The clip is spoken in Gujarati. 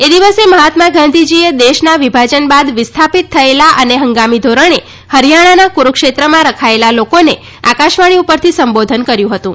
એ દિવસે મહાત્મા ગાંધીજીએ દેશના વિભાજન બાદ વિસ્થાપિત થયેલા અને હંગામી ધોરણે હરિથાણાના કુરૂક્ષેત્રમાં રખાયેલા લોકોને આકાશવાણી પરથી સંબોધન કર્યું હતું